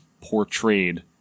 portrayed